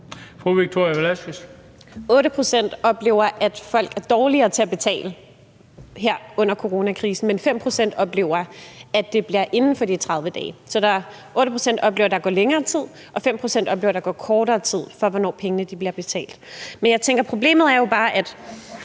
8 pct. oplever, at folk er dårligere til at betale her under coronakrisen, men 5 pct. oplever, at det bliver inden for de 30 dage. Så der er 8 pct., der oplever, at der går længere tid, og 5 pct., der oplever, at der går kortere tid, i forhold til hvornår pengene bliver betalt. Men jeg tænker, at problemet jo bare er,